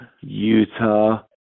Utah